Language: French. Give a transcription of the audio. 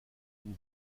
une